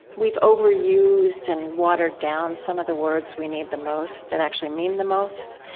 we've overused and watered down some of the words we need the most, that actually mean the most.